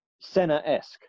Senna-esque